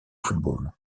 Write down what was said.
football